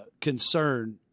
concern